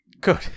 good